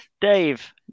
Dave